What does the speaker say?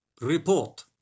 Report